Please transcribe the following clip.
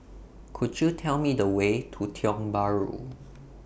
Could YOU Tell Me The Way to Tiong Bahru